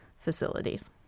facilities